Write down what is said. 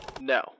No